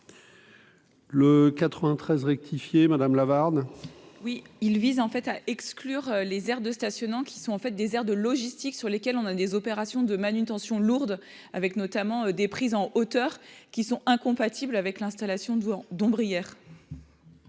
rectifié, madame Lavarde. Oui, il vise en fait à exclure les aires de stationnement qui sont en fait des airs de logistique, sur lesquels on a des opérations de manutention lourde avec notamment des prises en hauteur qui sont incompatibles avec l'installation de d'ombre